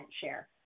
share